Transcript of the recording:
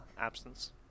absence